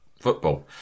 football